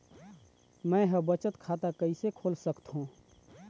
मै ह बचत खाता कइसे खोल सकथों?